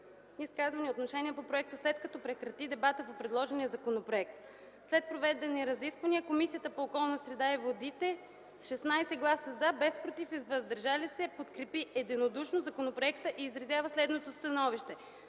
изказвания и отношения по проекта, след което прекрати дебатите по предложения законопроект. След проведените разисквания Комисията по околната среда и водите с 16 гласа „за”, без ”против” и ”въздържали се” подкрепи единодушно законопроекта и изразява следното становище: